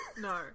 No